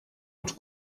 els